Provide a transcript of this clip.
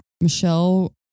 Michelle